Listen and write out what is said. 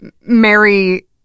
Mary